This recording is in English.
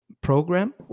program